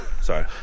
Sorry